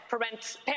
parents